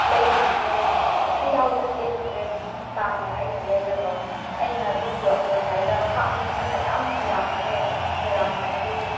ꯂꯩꯈꯤꯝꯅꯦ three thousand eight ꯍꯟꯗ꯭ꯔꯦꯠꯇꯥꯅ ꯑꯩꯅ ꯂꯩꯔꯒ ꯑꯩꯅ ꯑꯗꯨ ꯄꯨꯔꯛꯂꯝꯗꯥꯏꯗ ꯍꯥꯞꯅꯤꯡꯕꯅ ꯌꯥꯝ ꯈꯣꯏꯔꯥꯡꯉꯝꯃꯦ ꯈꯣꯏꯔꯥꯡꯉꯝꯕꯗꯣ ꯑꯗꯨ